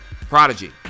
Prodigy